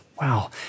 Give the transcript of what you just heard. Wow